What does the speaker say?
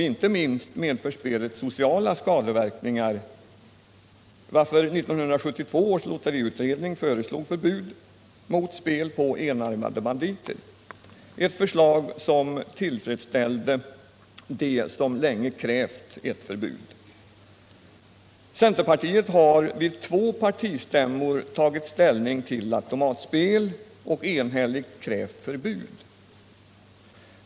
Inte minst medför spelet sociala skadeverkningar, varför 1972 års lotteriutredning föreslog förbud mot spel på s.k. enarmade banditer, ett förslag som tillfredsställde dem som sedan länge krävt ett förbud. Centerpartiet har vid två partistämmor tagit ställning mot automatspel och enhälligt krävt förbud.